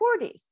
40s